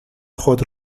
خود